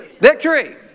Victory